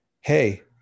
Hey